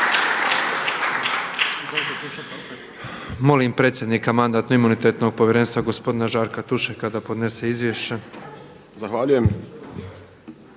Zahvaljujem